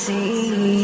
See